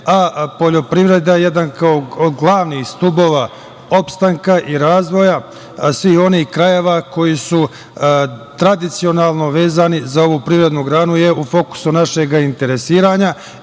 a poljoprivreda kao jedan glavni stub opstanka i razvoja svih onih krajeva koji su tradicionalno vezani za ovu privrednu granu je u fokusu našeg interesovanja